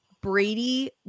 Brady